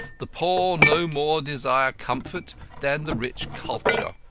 the poor no more desire comfort than the rich culture.